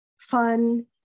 fun